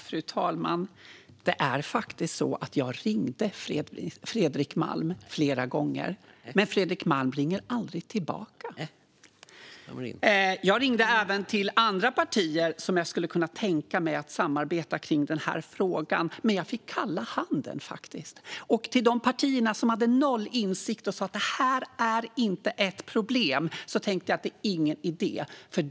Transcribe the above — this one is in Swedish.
Fru talman! Det är faktiskt så att jag ringde Fredrik Malm flera gånger. Men Fredrik Malm ringer aldrig tillbaka. Jag ringde även till andra partier som jag skulle kunna tänka mig att samarbeta med kring den här frågan. Men jag fick kalla handen. De partier som hade noll insikt och sa att detta inte var ett problem tyckte jag inte att det var någon idé att ringa till.